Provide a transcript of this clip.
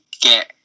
get